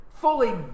fully